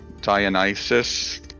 Dionysus